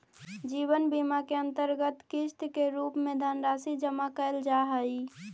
जीवन बीमा के अंतर्गत किस्त के रूप में धनराशि जमा कैल जा हई